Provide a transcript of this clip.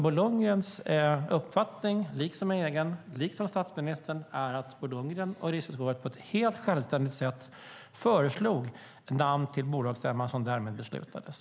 Bo Lundgrens uppfattning, liksom min egen och statsministerns, är att Bo Lundgren och Riksgäldskontoret på ett helt självständigt sätt föreslog namn till bolagsstämman som därmed beslutades.